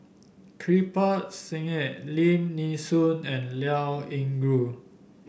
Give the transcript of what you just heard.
Kirpal Singh Lim Nee Soon and Liao Yingru